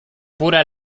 pure